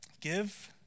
Give